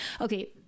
Okay